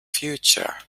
future